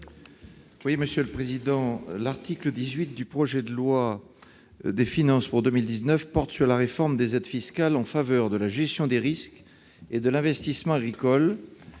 n° I-106 rectifié. L'article 18 du projet de loi de finances pour 2019 porte sur la réforme des aides fiscales en faveur de la gestion des risques et de l'investissement agricoles,